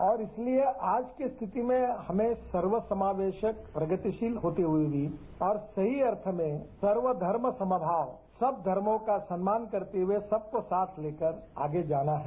और इसलिए आज की स्थिति में हमें सर्वेसमावेशक प्रगतिशील होते हुए भी और सही अर्थों में सर्वधर्म समभाव सब धर्मों का सम्मान करते हुए सबकोसाथ लेकर आगे जाना है